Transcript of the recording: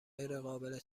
غیرقابل